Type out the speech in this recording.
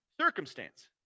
circumstance